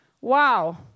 wow